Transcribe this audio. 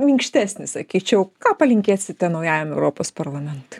minkštesnis sakyčiau ką palinkėsite naujajam europos parlamentui